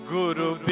Guru